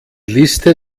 liste